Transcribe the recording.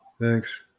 Thanks